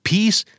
Peace